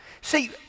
See